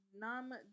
Nam